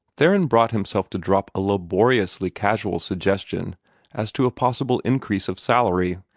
theron brought himself to drop a laboriously casual suggestion as to a possible increase of salary,